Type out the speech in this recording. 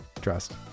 trust